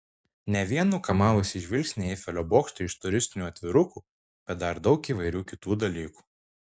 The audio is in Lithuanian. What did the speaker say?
ne vien nukamavusį žvilgsnį eifelio bokštą iš turistinių atvirukų bet dar daug įvairių kitų dalykų